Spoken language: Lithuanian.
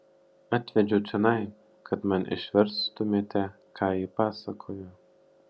atvedžiau čionai kad man išverstumėte ką ji pasakoja